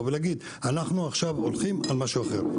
ולהגיד: אנחנו עכשיו הולכים על משהו אחר.